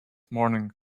morning